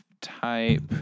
type